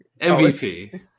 MVP